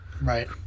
right